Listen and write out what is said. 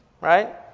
right